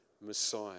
Messiah